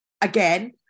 again